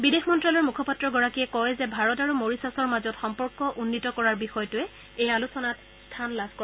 বিদেশ মন্ত্যালয়ৰ মুখপাত্ৰগৰাকীয়ে কয় যে ভাৰত আৰু মৰিছাছৰ মাজত সম্পৰ্ক উন্নীত কৰাৰ বিষয়টোৱে এই আলোচনাত স্থান লাভ কৰে